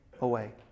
away